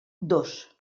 dos